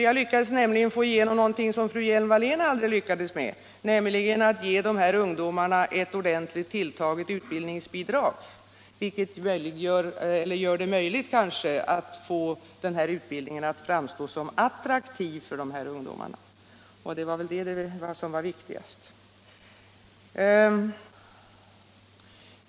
Jag lyckades nämligen få igenom någonting som fru Hjelm-Wallén aldrig lyckades med, nämligen att ge de här ungdomarna ett ordentligt tilltaget utbildningsbidrag, vilket kanske gör det möjligt att få denna utbildning att framstå som attraktiv för ungdomarna. Och det är väl det som är viktigast.